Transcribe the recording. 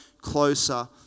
closer